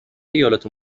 ایالت